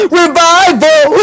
revival